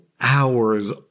hours